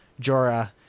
Jorah